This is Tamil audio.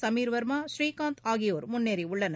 சமீர் வர்மா ஸ்ரீகாந்த் ஆகியோர் முன்னேறியுள்ளனர்